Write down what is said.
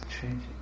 changing